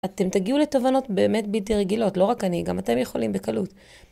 אתם תגיעו לתוcנות באמת בkתי רגילות, לא רק אני, גם אתם יכולים בקלות.